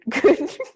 good